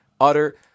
utter